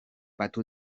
batu